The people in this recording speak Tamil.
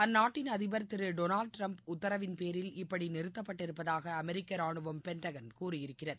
அந்நாட்டின் அதிபர் திரு டொனால்டு ட்ரம்ப் உத்தரவின்பேரில் இப்படி நிறுத்தப்பட்டிருப்பதாக அமெரிக்க ராணுவம் பென்டகன் கூறியிருக்கிறது